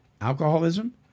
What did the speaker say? alcoholism